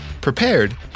prepared